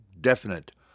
definite